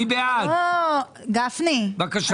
בבקשה.